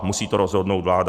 Musí to rozhodnout vláda.